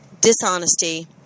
dishonesty